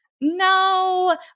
no